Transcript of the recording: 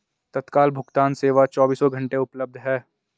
तत्काल भुगतान सेवा चोबीसों घंटे उपलब्ध है